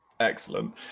Excellent